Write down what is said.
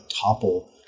topple